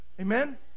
Amen